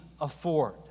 afford